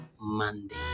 monday